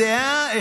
זהה,